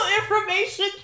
information